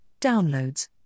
downloads